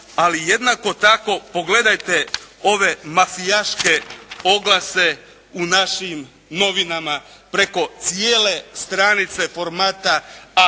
ali jednako tako pogledajte ove mafijaške oglase u našim novinama preko cijele stranice formata A3.